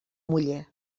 muller